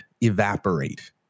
evaporate